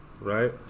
right